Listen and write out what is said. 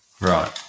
Right